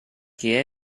che